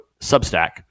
Substack